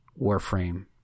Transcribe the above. Warframe